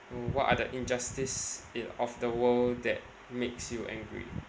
so what are the injustice in of the world that makes you angry